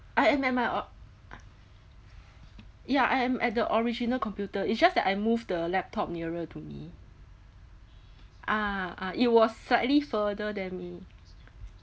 I am at my o~ ya I am at the original computer it's just that I moved the laptop nearer to me ah ah it was slightly further than me